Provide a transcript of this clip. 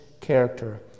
character